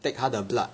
take 他的 blood